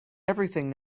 everything